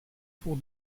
pour